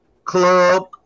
club